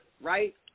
Right